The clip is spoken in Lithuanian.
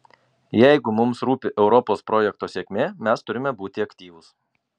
jeigu mums rūpi europos projekto sėkmė mes turime būti aktyvūs